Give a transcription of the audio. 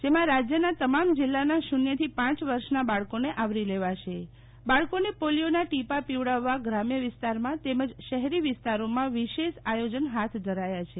જેમાં રાજ્યના તમામ જીલ્લાના શુન્ય થી પાંચ વર્ષના બાળકોને આવરી લેવાશે બાળકોને પોલીયોના ટીપા પીવડાવવા ગ્રામ્ય વિસ્તારમાં તેમજ શહેરી વિસ્તારોમાં વિશેષ આયોજન હાથ ધરાયા છે